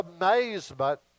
amazement